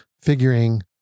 figuring